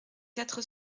quatre